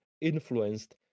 influenced